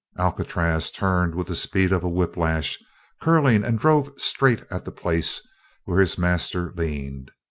alcatraz turned with the speed of a whiplash curling and drove straight at the place where his master leaned.